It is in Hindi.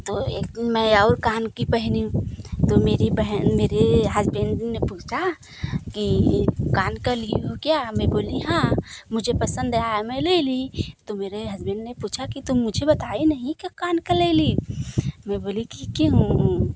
तो एक मैं और कान की पहनी तो मेरी बहन मेरे हसबेंड ने पूछा की कान का ली हो क्या मैं बोली हाँ मुझे पसंद है मैं ले ली तो मेरे हसबेंड ने पूछा कि तुम मुझे बताई नहीं कि कान का ले ली मैं बोली की क्यों